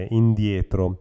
indietro